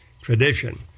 tradition